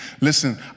Listen